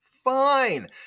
fine